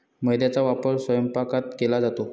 मैद्याचा वापर स्वयंपाकात केला जातो